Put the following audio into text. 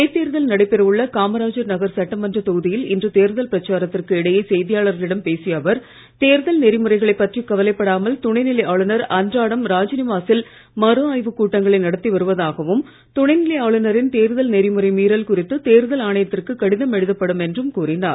இடைத்தேர்தல் நடைபெற உள்ள காமராஜர் நகர் சட்டமன்ற தொகுதியில் இன்று தேர்தல் பிரச்சாரத்திற்கு இடையே செய்தியாளர்களிடம் பேசிய அவர் தேர்தல் நெறிமுறைகளைப் பற்றி கவலைப்படாமல் துணைநிலை ஆளுநர் அன்றாடம் ராஜ்நிவாசில் மறு ஆய்வு கூட்டங்களை நடத்தி வருவதாகவும் துணைநிலை ஆளுநரின் தேர்தல் நெறிமுறை மீறல் குறித்து தேர்தல் ஆணையத்திற்கு கடிதம் எழுதப்படும் என்றும் கூறினார்